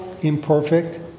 Imperfect